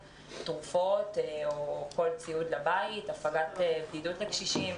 תרופות או כל ציוד אחר לבית והפגת בדידות לקשישים.